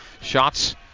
Shots